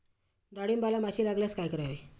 डाळींबाला माशी लागल्यास काय करावे?